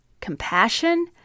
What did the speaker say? compassion